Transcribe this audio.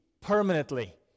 permanently